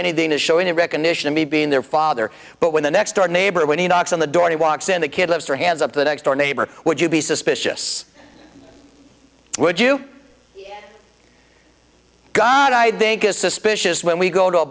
anything is showing in recognition of me being their father but when the next door neighbor when he knocks on the door he walks in the kid loves her hands up the next door neighbor would you be suspicious would you god i think is suspicious when we go to a